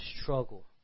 struggle